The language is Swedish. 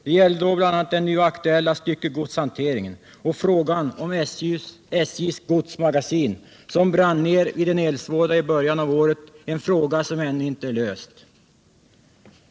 Det gällde då bl.a. den nu aktuella styckegodshanteringen och frågan om SJ:s godsmagasin som brann ner vid en eldsvåda i början av året — en fråga som ännu inte är löst.